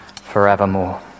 forevermore